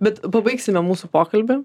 bet pabaigsime mūsų pokalbį